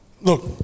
look